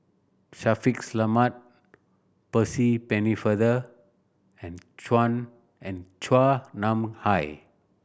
Shaffiq Selamat Percy Pennefather and and Chua Nam Hai